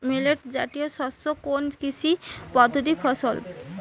Millet জাতীয় শস্য কোন কৃষি পদ্ধতির ফসল?